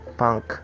punk